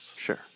Sure